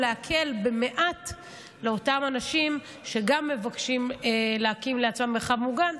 להקל במעט על אותם אנשים שגם מבקשים להקים לעצמם מרחב מוגן,